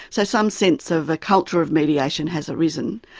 so some sense of a culture of mediation has arisen,